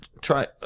try